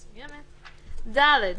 בהיוועדות חזותית אלא אם ביקש העצור,